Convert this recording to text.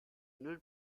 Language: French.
nulle